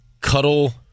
cuddle